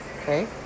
Okay